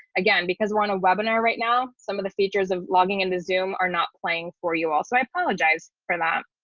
again, because we're on a webinar right now. some of the features of logging into zoom are not playing for you all so i apologize for that.